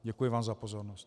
Děkuji vám za pozornost.